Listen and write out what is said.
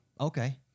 okay